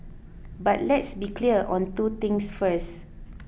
but let's be clear on two things first